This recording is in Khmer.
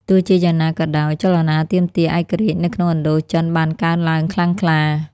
ទោះជាយ៉ាងណាក៏ដោយ ចលនាទាមទារឯករាជ្យនៅក្នុងឥណ្ឌូចិនបានកើនឡើងខ្លាំងក្លា។